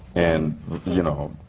and you know,